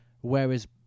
Whereas